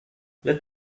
let